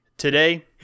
Today